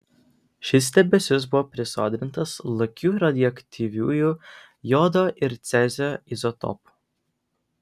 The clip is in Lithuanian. šis debesis buvo prisodrintas lakių radioaktyviųjų jodo ir cezio izotopų